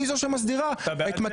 איזה רדוקציה עשיתם לפוליטיקה.